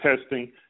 testing